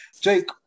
Jake